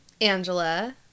Angela